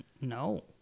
No